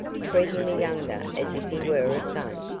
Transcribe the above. treating the younger as if he were son.